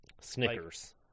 Snickers